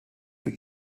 für